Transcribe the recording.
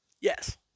Yes